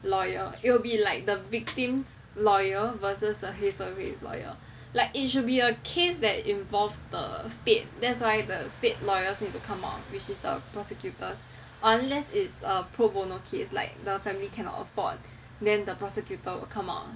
lawyer it'll be like the victim's lawyer versus a 黑涩会 lawyer like it should be a case that involves the state that's why the state lawyers need to come out which is the prosecutors unless it's a pro bono case like the family cannot afford then the prosecutor will come out